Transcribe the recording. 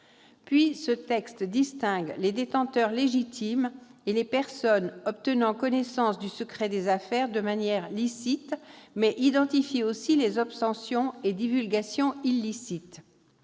Puis, ce texte distingue les détenteurs légitimes, les personnes obtenant connaissance du secret des affaires de manière licite et les obtentions et divulgations illicites.